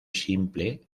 simple